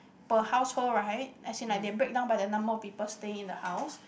per household right as in like they breakdown by the number of people staying in the house